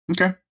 Okay